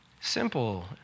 Simple